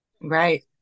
Right